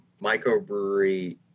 microbrewery